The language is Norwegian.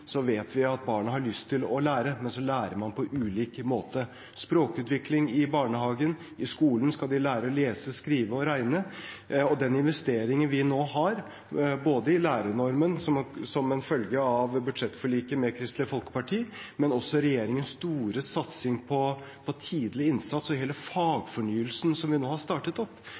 vet vi at de har lyst til å lære, men så lærer man på ulik måte: språkutvikling i barnehagen, og i skolen skal de lære å lese, skrive og regne. Den investeringen vi nå har, både i lærernormen, som en følge av budsjettforliket med Kristelig Folkeparti, og også regjeringens store satsing på tidlig innsats og hele fagfornyelsen som vi nå har startet opp,